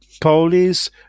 police